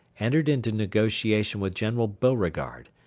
entered into negotiation with general beauregard,